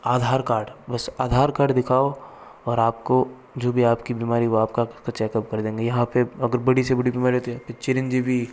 आधार card बस Aadhaar card दिखाओ और आपको जो भी आपकी बीमारी वो आपका चेकअप कर देंगे यहाँ पर अगर बड़ी से बड़ी बीमारी होती है तो चिरंजीवी